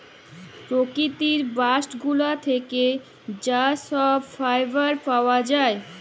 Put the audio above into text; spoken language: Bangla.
পকিতির বাস্ট গুলা থ্যাকে যা ছব ফাইবার পাউয়া যায়